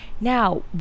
Now